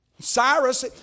Cyrus